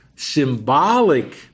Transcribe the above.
symbolic